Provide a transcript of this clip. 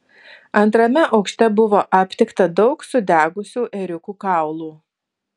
antrame aukšte buvo aptikta daug sudegusių ėriukų kaulų